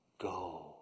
go